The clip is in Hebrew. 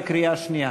בקריאה השנייה.